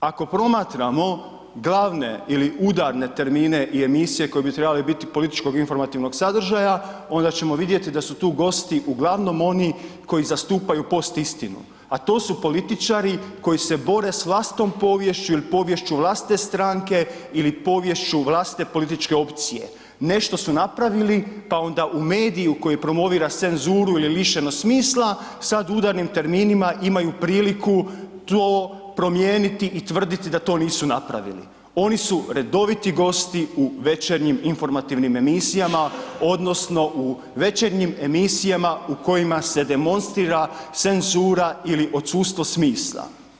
Ako promatramo glavne ili udarne termine i emisije koje bi trebale biti političko-informativnog sadržaja, onda ćemo vidjeti da su tu gosti uglavnom oni koji zastupaju postistinu a to su političari koji se bore s vlastitom poviješću ili poviješću vlastite stranke ili poviješću vlastite političke opcije, nešto su napravili pa onda u mediju koji promovira senssuru ili lišenost smisla, sad udarnim terminima imaju priliku to promijeniti i tvrditi da to nisu napravili, oni su redoviti gosti u večernjim informativnim emisijama odnosno u večernjim emisijama u kojima se demonstrira senssura ili odsustvo smisla.